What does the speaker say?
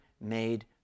made